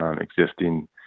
existing